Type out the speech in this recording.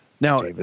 Now